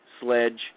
Sledge